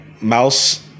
Mouse